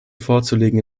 vorzulegen